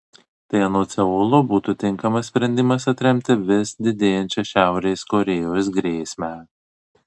tai anot seulo būtų tinkamas sprendimas atremti vis didėjančią šiaurės korėjos grėsmę